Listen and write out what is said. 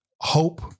hope